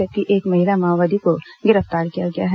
जबकि एक महिला माओवादी को गिरफ्तार किया गया है